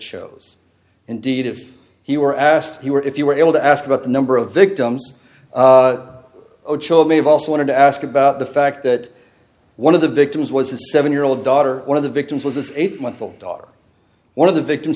shows indeed if he were asked if he were if you were able to ask about the number of victims chilled may have also wanted to ask about the fact that one of the victims was a seven year old daughter one of the victims was this eight month old daughter one of the victims